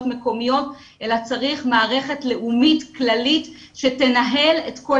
המקומיות אלא צריך מערכת לאומית כללית שתנהל את כל